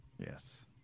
Yes